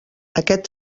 aquest